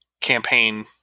campaign